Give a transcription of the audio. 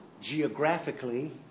geographically